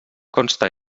consta